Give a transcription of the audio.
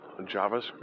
JavaScript